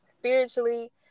spiritually